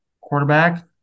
quarterback